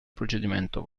procedimento